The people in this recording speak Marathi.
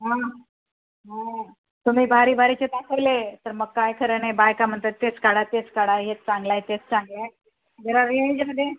हां हां तुम्ही भारी भारीचे दाखवले तर मग काय खरं नाही बायका म्हणतात तेच काडा तेच काढा हेच चांगलं आहे तेच चांगले आहे जरा रेंजमध्ये